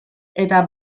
eta